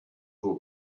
will